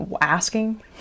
asking